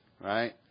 Right